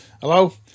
hello